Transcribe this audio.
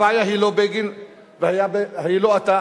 הבעיה היא לא בגין והבעיה היא לא אתה,